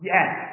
Yes